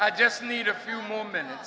i just need a few more minutes